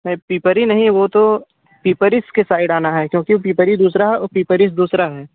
नहीं पिपरी नहीं वो तो पिपरीश के साइड आना हैं क्योंकि पिपरी दूसरा है और पिपरिश दूसरा है